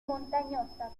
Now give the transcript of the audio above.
montañosa